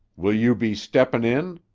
will you be steppin' in?